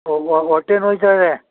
ಹೊಟ್ಟೆ ನೋಯ್ತಾ ಇದೆ